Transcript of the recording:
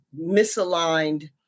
misaligned